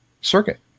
circuit